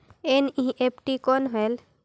NEFT कौन होएल?